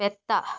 മെത്ത